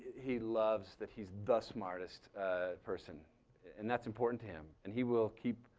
he loves that he's the smartest person and that's important to him and he will keep,